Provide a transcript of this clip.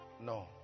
no